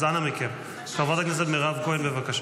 למה אי-אפשר